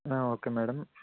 okay madam